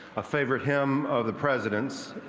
favorite hymn of the president.